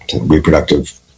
reproductive